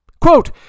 Quote